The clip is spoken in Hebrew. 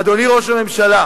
אדוני ראש הממשלה,